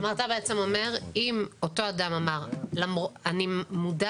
אתה אומר שאם אותו אדם אמר: אני מודע